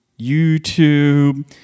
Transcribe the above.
YouTube